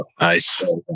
Nice